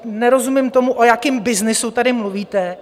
Nerozumím tomu, o jakém byznysu tady mluvíte.